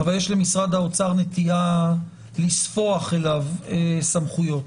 אבל יש למשרד האוצר נטייה לספוח אליו סמכויות.